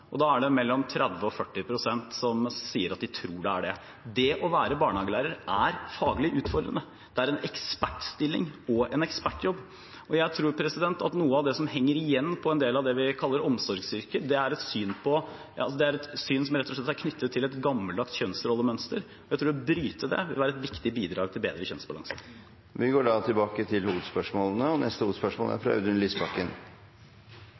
og da er det mellom 30 pst. og 40 pst. som sier at de tror det er det. Det å være barnehagelærer er faglig utfordrende! Det er en ekspertstilling og en ekspertjobb. Jeg tror at noe av det som henger igjen på en del av det vi kaller omsorgsyrker, er et syn som rett og slett er knyttet til et gammeldags kjønnsrollemønster. Jeg tror at det å bryte det vil være et viktig bidrag til bedre kjønnsbalanse. Vi går til neste hovedspørsmål. Mitt spørsmål går til